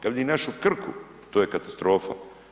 Kada vidim našu Krku to je katastrofa.